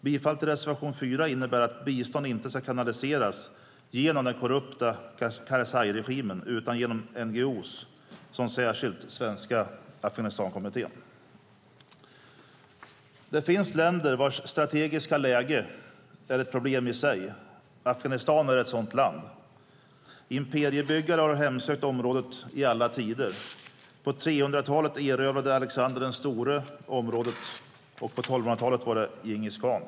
Bifall till reservation 4 innebär att bistånd inte ska kunna raseras genom den korrupta Karzairegimen utan att biståndet ska gå genom NGO:er, särskilt Svenska Afghanistankommittén. Det finns länder vars strategiska läge är ett problem i sig. Afghanistan är ett sådant land. Imperiebyggare har hemsökt området i alla tider. På 300-talet erövrade Alexander den store området och på 1200-talet var det Djingis Kahn.